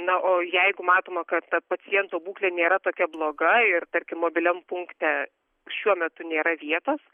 na o jeigu matoma kad ta paciento būklė nėra tokia bloga ir tarkim mobiliam punkte šiuo metu nėra vietos